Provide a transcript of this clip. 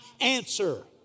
answer